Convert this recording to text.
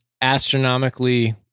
astronomically